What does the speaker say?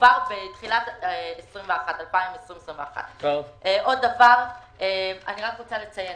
כבר בתחילת 2021. אני רק רוצה לציין